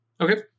okay